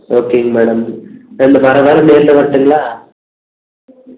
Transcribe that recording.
ஓகேங்க மேடம் ரெண்டு வார வாரம் நேரில் வரட்டும்ங்ளா